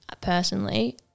personally